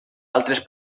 altres